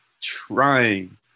trying